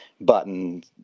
button